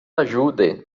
ajude